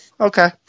Okay